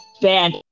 band